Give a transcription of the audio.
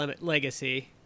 Legacy